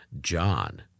John